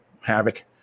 havoc